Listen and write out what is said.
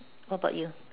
what about you